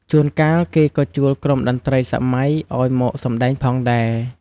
ជួនកាល គេក៏ជួលក្រុមតន្រីសម័យឱ្យមកសម្ដែងផងដែរ។